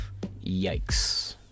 yikes